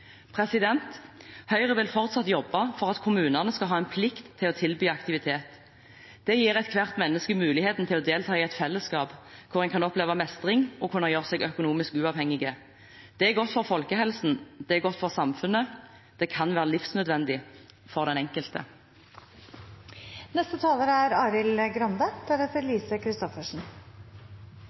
påpekt. Høyre vil fortsatt jobbe for at kommunene skal ha en plikt til å tilby aktivitet. Det gir ethvert menneske muligheten til å delta i et fellesskap hvor en kan oppleve mestring og kunne gjøre seg økonomisk uavhengig. Det er godt for folkehelsen, det er godt for samfunnet, det kan være livsnødvendig for den enkelte. Det er